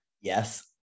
Yes